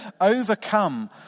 overcome